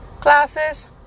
classes